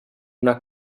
una